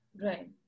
Right